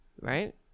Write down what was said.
Right